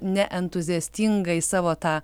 ne entuziastingai savo tą